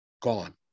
gone